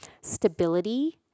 stability